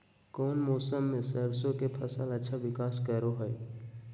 कौन मौसम मैं सरसों के फसल अच्छा विकास करो हय?